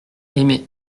aimé